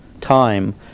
time